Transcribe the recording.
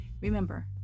Remember